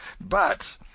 But—